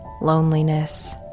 loneliness